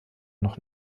noch